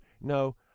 No